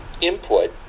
input